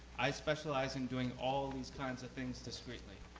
i specialize in doing all these kinds of things discreetly.